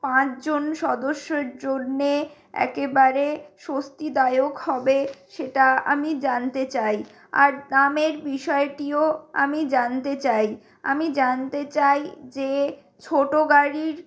পাঁচজন সদস্যর জন্য একেবারে স্বস্তিদায়ক হবে সেটা আমি জানতে চাই আর দামের বিষয়টিও আমি জানতে চাই আমি জানতে চাই যে ছোট গাড়ির